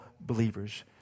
believers